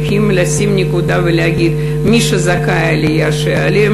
צריכים לשים נקודה ולהגיד שמי שזכאי לעלייה יעלה,